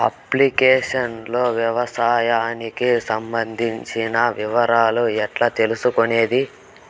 Application లో వ్యవసాయానికి సంబంధించిన వివరాలు ఎట్లా తెలుసుకొనేది?